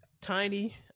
Tiny